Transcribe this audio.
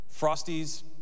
Frosties